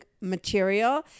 material